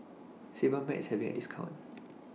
Sebamed IS having A discount